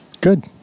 Good